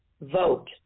vote